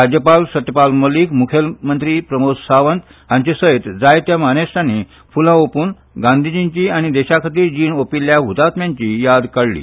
राज्यपाल सत्यपाल मलीक मुखेलमंत्री प्रमोद सावंत हांचे सयत जायत्या मानेसतांनी फुलां ओंपून गांधीजींची आनी देशा खातीर जीण ओंपिल्ल्या हुतात्म्यांची याद काडली